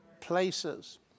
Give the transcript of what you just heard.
places